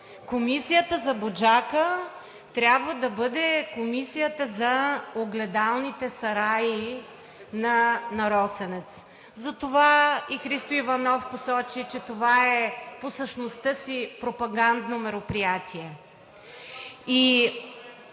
Комисията за „Буджака“ трябва да бъде комисията за огледалните сараи на „Росенец“. Затова и Христо Иванов посочи, че това е по същността си пропагандно мероприятие.